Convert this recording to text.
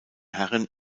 herren